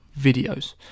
videos